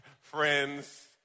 friends